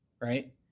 right